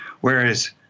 whereas